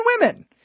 women